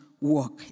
work